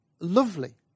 lovely